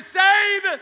save